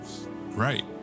Right